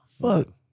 Fuck